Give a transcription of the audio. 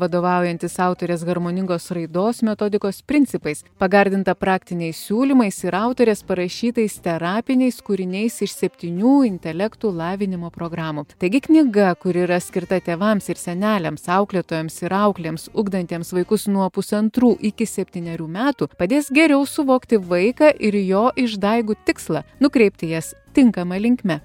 vadovaujantis autorės harmoningos raidos metodikos principais pagardinta praktiniais siūlymais ir autorės parašytais terapiniais kūriniais iš septynių intelektų lavinimo programų taigi knyga kuri yra skirta tėvams ir seneliams auklėtojoms ir auklėms ugdantiems vaikus nuo pusantrų iki septynerių metų padės geriau suvokti vaiką ir jo išdaigų tikslą nukreipti jas tinkama linkme